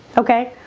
okay,